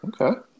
Okay